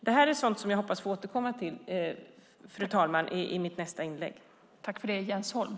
Det är sådant som jag hoppas att få återkomma till i mitt nästa inlägg, fru talman.